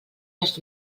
les